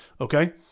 Okay